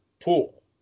pool